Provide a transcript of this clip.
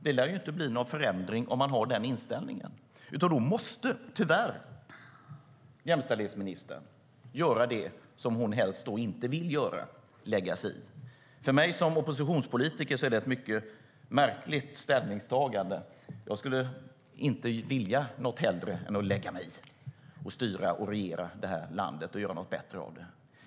Det lär inte bli någon förändring om man har den inställningen. Då måste tyvärr jämställdhetsministern göra det som hon helst inte vill göra: lägga sig i. För mig som oppositionspolitiker är regeringens ställningstagande mycket märkligt. Jag skulle inte vilja något hellre än att lägga mig i och styra och regera det här landet och göra något bättre av det.